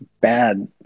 bad